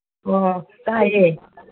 ꯑꯣ ꯇꯥꯏꯌꯦ